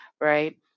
right